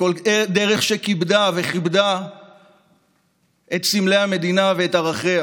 בכל דרך שכיבדה את סמלי המדינה ואת ערכיה: